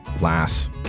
last